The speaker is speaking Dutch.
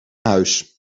huis